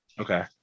Okay